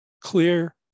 clear